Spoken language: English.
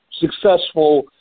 successful